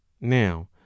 Now